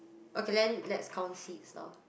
okay then let's count seeds lor